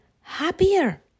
happier